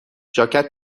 ژاکت